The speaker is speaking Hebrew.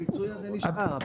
הפיצוי הזה נשאר.